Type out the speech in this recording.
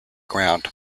ground